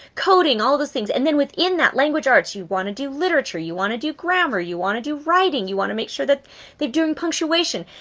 coding, all of those things. and then within that language arts, you want to do literature, you want to do grammar, you want to do writing, you want to make sure that they are doing punctuation.